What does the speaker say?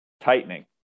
tightening